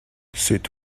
c’est